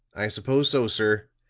i suppose so, sir.